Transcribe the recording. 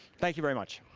thank you very much.